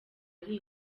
ari